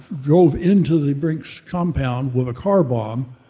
drove into the brinks compound with a car bomb,